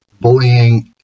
bullying